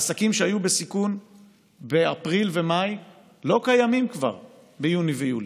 העסקים שהיו בסיכון באפריל ומאי לא קיימים כבר ביוני ויולי.